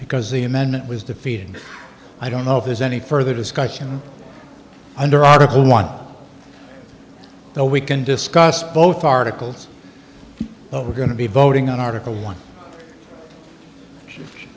because the amendment was defeated and i don't know if there's any further discussion under article one now we can discuss both articles that we're going to be voting on article one